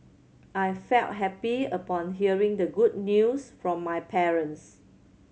I felt happy upon hearing the good news from my parents